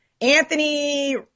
Anthony